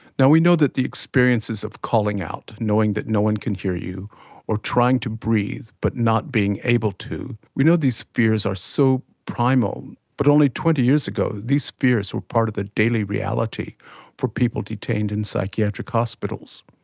now we know that the experiences of calling out, knowing that no one can hear you or trying to breathe, but not being able to we know these are fears so primal, but only twenty years ago these fears were part of the daily reality for people detained in psychiatric hospitals.